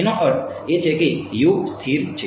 તેનો અર્થ એ કે સ્થિર છે